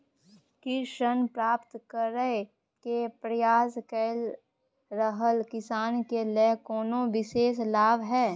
की ऋण प्राप्त करय के प्रयास कए रहल किसान के लेल कोनो विशेष लाभ हय?